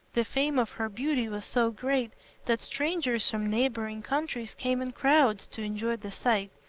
the fame of her beauty was so great that strangers from neighboring countries came in crowds to enjoy the sight,